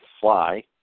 fly